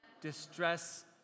distress